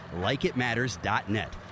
LikeItMatters.net